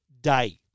day